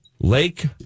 Lake